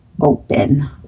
open